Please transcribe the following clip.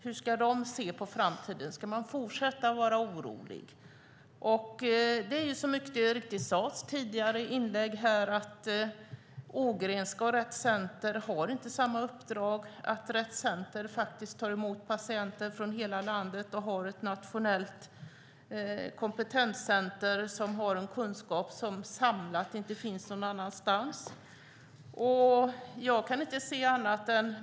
Hur ska Rett Center se på framtiden? Ska man fortsätta vara orolig? Det är som mycket riktigt sades i tidigare inlägg att Ågrenska stiftelsen och Rett Center inte har samma uppdrag. Rett Center tar faktiskt emot patienter från hela landet och har ett nationellt kompetenscentrum som har en kunskap som inte finns samlad någon annanstans.